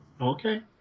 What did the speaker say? Okay